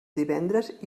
divendres